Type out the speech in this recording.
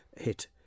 hit